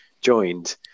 joined